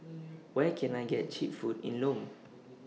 Where Can I get Cheap Food in Lome